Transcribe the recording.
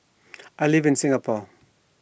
I live in Singapore